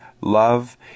love